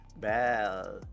bell